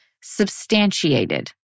substantiated